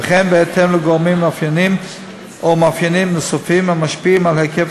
וכן בהתאם לגורמים או מאפיינים נוספים המשפיעים על היקף